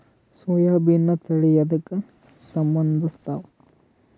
ಸೋಯಾಬಿನ ತಳಿ ಎದಕ ಸಂಭಂದಸತ್ತಾವ?